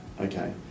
Okay